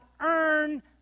earn